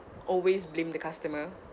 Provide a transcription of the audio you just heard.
always blame the customer